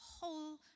whole